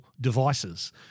devices